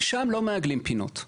שם לא מעגלים פינות.